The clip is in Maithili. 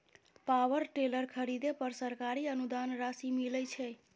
पावर टेलर खरीदे पर सरकारी अनुदान राशि मिलय छैय?